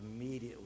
immediately